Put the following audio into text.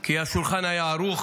כי השולחן היה ערוך,